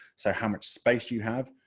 so how much space you have.